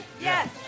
Yes